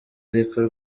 ariko